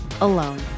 alone